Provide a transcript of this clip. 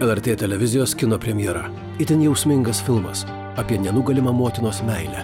lrt televizijos kino premjera itin jausmingas filmas apie nenugalima motinos meilę